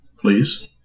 Please